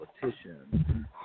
politician